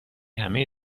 همه